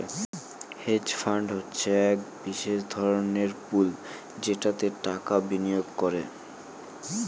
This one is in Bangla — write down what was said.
হেজ ফান্ড হচ্ছে এক বিশেষ ধরনের পুল যেটাতে টাকা বিনিয়োগ করে